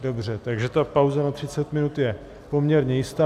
Dobře, takže ta pauza na třicet minut je poměrně jistá.